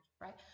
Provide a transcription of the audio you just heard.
right